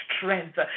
strength